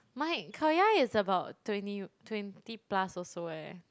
my Khao-Yai is about twenty twenty plus also leh